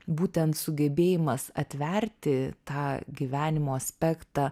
būtent sugebėjimas atverti tą gyvenimo aspektą